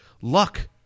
luck